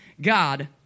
God